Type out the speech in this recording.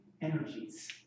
energies